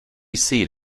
seat